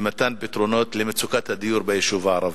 כדי לתת פתרונות למצוקת הדיור ביישוב הערבי.